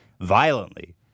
violently